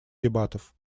дебатов